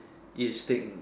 it stink